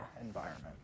environment